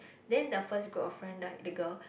then the first group of friend right the girl